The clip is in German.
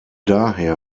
daher